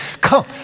Come